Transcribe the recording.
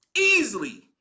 easily